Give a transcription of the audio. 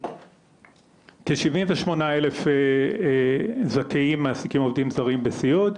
כ-78 אלף זכאים מעסיקים עובדים זרים בסיעוד.